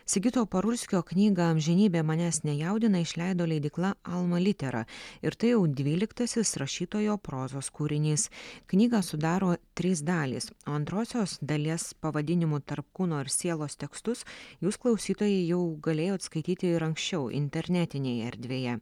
sigito parulskio knygą amžinybė manęs nejaudina išleido leidykla alma litera ir tai jau dvyliktasis rašytojo prozos kūrinys knygą sudaro trys dalys o antrosios dalies pavadinimu tarp kūno ir sielos tekstus jūs klausytojai jau galėjot skaityti ir anksčiau internetinėje erdvėje